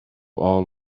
all